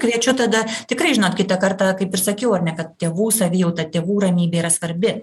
kviečiu tada tikrai žinot kitą kartą kaip ir sakiau ar ne kad tėvų savijauta tėvų ramybė yra svarbi